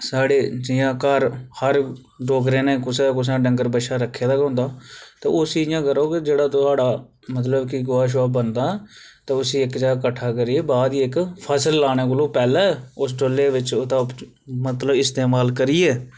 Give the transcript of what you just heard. साढ़े जियां घर हर डोगरे नै कुसै ना कुसै नै डंगर बच्छा रक्खे दा गे होंदा ते उसी इ'यां करो कि जेहड़ा थुआढ़ा मतलब कि गोहा शोहा बनदा तां उसी इक जगह किट्ठा करियै बाहर करियै इक फसल लाने कोला पैहलें उस डोले बिच ओह्दा मतलब इस्तेमाल करियै